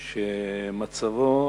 שמצבו,